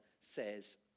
says